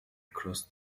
crossed